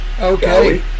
okay